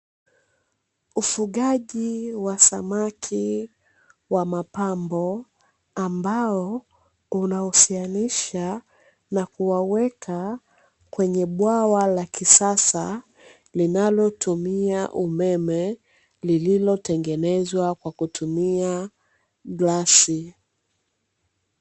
Ufugaji wa samaki wa mapambo ambao unahusianisha na kuwaweka kwenye bwawa la kisasa, linalotumia umeme, lililotengenezwa kwa kutumia glasi.